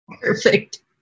Perfect